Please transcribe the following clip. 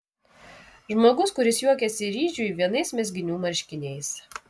žmogus kuris juokiasi ryžiui vienais mezginių marškiniais